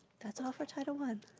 that's all for title one.